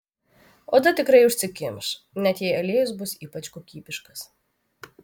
oda tikrai užsikimš net jei aliejus bus ypač kokybiškas